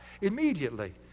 immediately